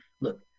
look